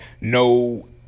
no